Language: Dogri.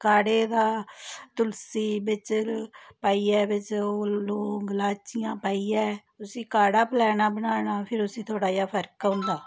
काढ़े दा तुलसी बिच पाइयै बिच लौंग लाचियां पाइयै उसी काढ़ा पलाना बनाना फिर उसी थोड़ा जेहा फर्क होंदा